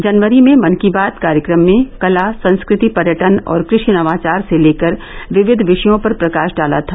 जनवरी मे मन की बात कार्यक्रम में कला संस्कृति पर्यटन और कृषि नवाचार से लेकर विविध विषयों पर प्रकाश डाला था